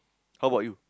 how bout you